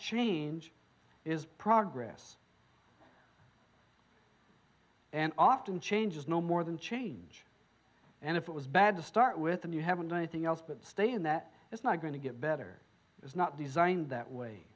change is progress and often changes no more than change and if it was bad to start with and you haven't done anything else but stay in that it's not going to get better it's not designed that way